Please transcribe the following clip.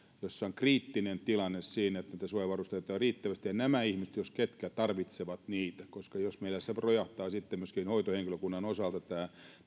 jolla on kriittinen tilanne siinä että suojavarusteita ei ole riittävästi ja nämä ihmiset jos ketkä tarvitsevat niitä koska jos meillä rojahtaa myöskin hoitohenkilökunnan osalta tämä